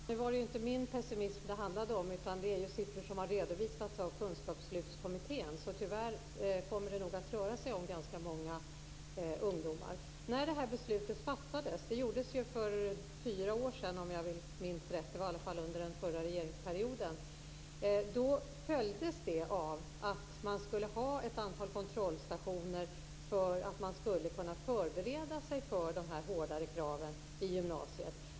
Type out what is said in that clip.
Fru talman! Det var inte min pessimism som det handlade om, utan det var siffror som har redovisats av Kunskapslyftskommittén. Tyvärr kommer det nog att röra sig om ganska många ungdomar. Om jag minns rätt fattades beslutet för fyra år sedan - det var i alla fall under den förra regeringsperioden - följdes detta av att man skulle ha ett antal kontrollstationer som förberedelse för de hårdare kraven i gymnasiet.